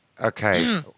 Okay